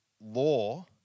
law